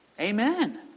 Amen